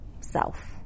self